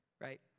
right